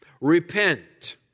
Repent